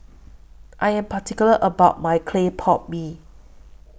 I Am particular about My Clay Pot Mee